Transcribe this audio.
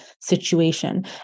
situation